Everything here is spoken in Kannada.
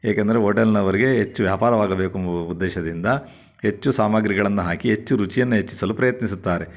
ಏಕೆಂದರೆ ಓಟೆಲ್ನವರಿಗೆ ಹೆಚ್ಚು ವ್ಯಾಪಾರವಾಗಬೇಕು ಎಂಬುವ ಉದ್ದೇಶದಿಂದ ಹೆಚ್ಚು ಸಾಮಗ್ರಿಗಳನ್ನು ಹಾಕಿ ಹೆಚ್ಚು ರುಚಿಯನ್ನು ಹೆಚ್ಚಿಸಲು ಪ್ರಯತ್ನಿಸುತ್ತಾರೆ